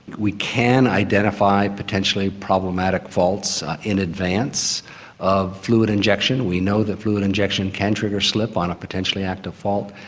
we can identify potentially problematic faults in advance of fluid injection. we know that fluid injection can trigger slip on a potentially active fault,